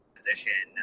position